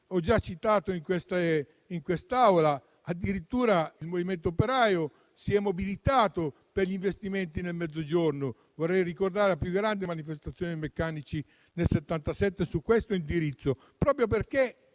Ho già citato, in quest'Aula, che addirittura il movimento operaio si è mobilitato per gli investimenti nel Mezzogiorno. Vorrei ricordare la più grande manifestazione dei metalmeccanici nel 1977 su questo indirizzo, proprio perché